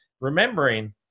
remembering